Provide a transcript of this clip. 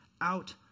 out